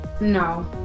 No